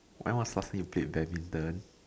when was the last time you played badminton